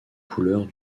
couleurs